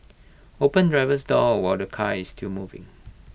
open driver's door while the car is still moving